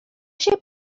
się